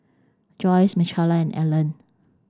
Joi Michaela Allan